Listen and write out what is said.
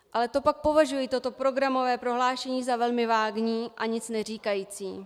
Ale to pak považuji toto programové prohlášení za velmi vágní a nicneříkající.